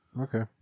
Okay